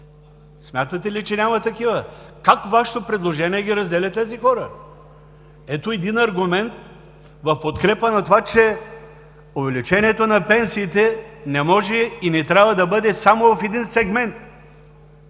Смятате ли, че няма такива?! Как Вашето предложение разделя тези хора? Ето един аргумент, в подкрепа на това, че увеличението на пенсиите не може и не трябва да бъде само в един сегмент.